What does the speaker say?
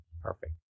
Perfect